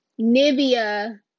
Nivea